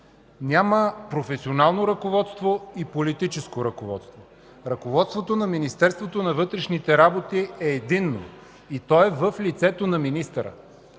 Няма професионално ръководство и политическо ръководство – ръководството на Министерството на вътрешните работи е единно и то е в лицето на министъра,